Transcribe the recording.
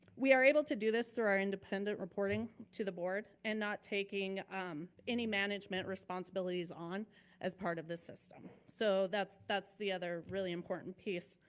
we are able to do this through our independent reporting to the board and not taking any management responsibilities on as part of this system. so that's that's the other really important piece.